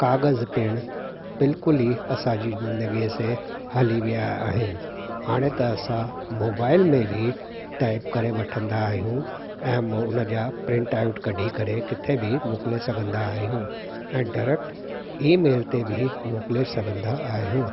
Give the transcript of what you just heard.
त कागज़ पिण बिल्कुल ई असांजी जिन्दगीअ सां हली विया आहिनि हाणे त असां मोबाइल में बि टाइप करे वठंदा आहियूं ऐं मो उनजा प्रिंट आउट कढी करे किथे बि मोकले सघंदा आहियूं ऐं डरेक्ट ईमेल ते बि मोकले सघंदा आहियूं